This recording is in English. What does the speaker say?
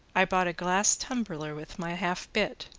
i bought a glass tumbler with my half bit,